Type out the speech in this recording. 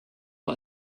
war